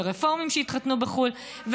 ורפורמים שהתחתנו בחו"ל,